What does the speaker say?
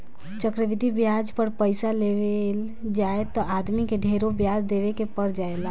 चक्रवृद्धि ब्याज पर पइसा लेवल जाए त आदमी के ढेरे ब्याज देवे के पर जाला